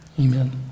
Amen